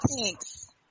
Thanks